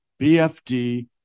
BFD